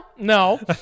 No